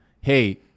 Hey